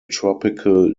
tropical